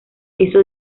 eso